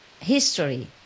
history